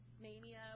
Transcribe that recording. mania